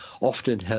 often